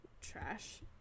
trash